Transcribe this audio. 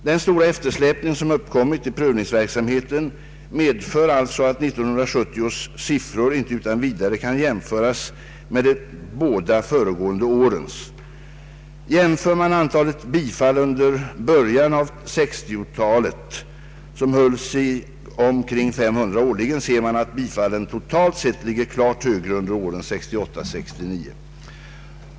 Den stora eftersläpning som uppkommit i prövningsverksamheten medför alltså att 1970 års siffror inte utan vidare kan jämföras med de båda föregående årens. Jämför man med antalet bifall under början av 1960-talet, som höll sig omkring 500 årligen, ser man att bifallen totalt sett ligger klart högre under åren 1968—1969.